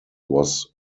was